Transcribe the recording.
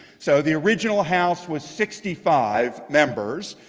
so the original house was sixty five members,